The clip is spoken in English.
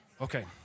Okay